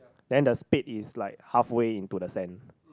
then the spade is like halfway into the sand